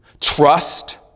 trust